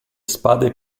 spade